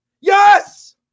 Yes